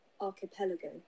archipelago